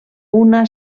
una